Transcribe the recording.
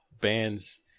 bands